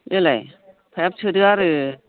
बेलाय थाब सोदो आरो